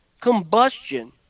combustion